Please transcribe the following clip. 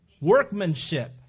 workmanship